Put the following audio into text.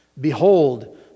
Behold